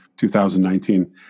2019